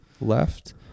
left